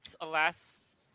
alas